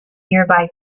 nearby